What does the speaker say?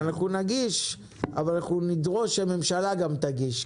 אנחנו נגיש אבל אנחנו נדרוש שהממשלה גם תגיש,